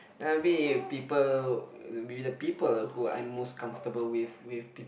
maybe be people be the people who I most comfortable with with people